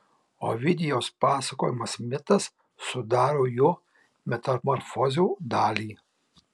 ovidijaus pasakojamas mitas sudaro jo metamorfozių dalį